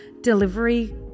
delivery